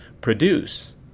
produce